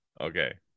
Okay